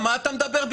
מה אתה מדבר?